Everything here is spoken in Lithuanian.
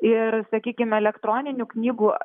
ir sakykime elektroninių knygų